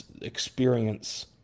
experience